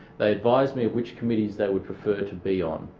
they advised me of which committees they would prefer to be on.